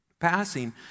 Passing